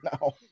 No